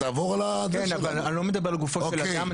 אבל אני לא מדבר לגופו של אדם,